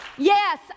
Yes